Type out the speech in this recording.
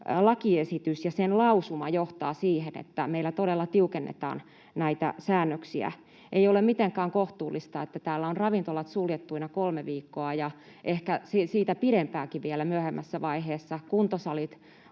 lakiesitys ja sen lausuma johtavat siihen, että meillä todella tiukennetaan näitä säännöksiä. Ei ole mitenkään kohtuullista, että täällä ravintolat ovat suljettuina kolme viikkoa ja ehkä siitä pidempäänkin vielä myöhemmässä vaiheessa, kuntosalit